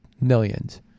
millions